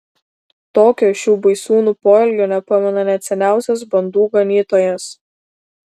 tokio šių baisūnų poelgio nepamena net seniausias bandų ganytojas